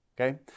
okay